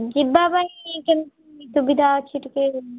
ଯିବା ପାଇଁ କେମିତି ସୁବିଧା ଅଛି ଟିକେ